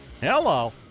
Hello